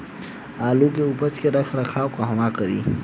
आलू के उपज के रख रखाव कहवा करी?